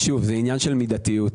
שוב, זה עניין של מידתיות.